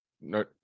no